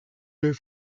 des